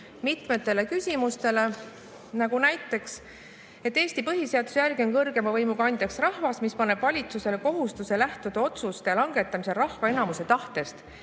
mitmetele küsimustele. Nagu näiteks: Eesti põhiseaduse järgi on kõrgeima võimu kandjaks rahvas, mis paneb valitsusele kohustuse lähtuda otsuste langetamisel rahva enamuse tahtest.